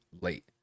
late